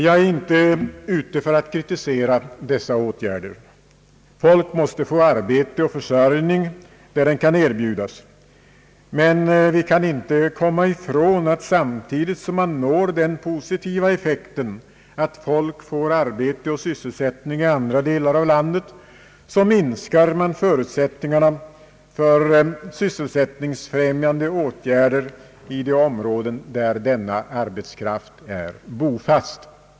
Jag är inte ute efter att kritisera dessa åtgärder — folk måste få arbete och försörjning där detta kan erbjudas — men vi kan inte komma ifrån att samtidigt som man når den positiva effekten att folk får arbete och sysselsättning i andra delar av landet, minskar man förutsättningarna för sysselsättningsfrämjande åtgärder i de områden där denna arbetskraft är bofast.